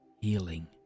healing